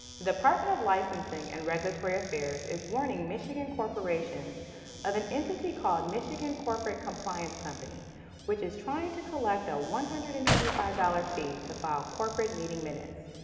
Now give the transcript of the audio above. the department of licensing and regulatory affairs is warning michigan corporations of an entity called michigan corporate compliance company which is trying to collect a one hundred and twenty five dollars fee to file corporate meeting minutes.